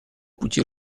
пути